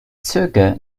züge